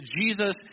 Jesus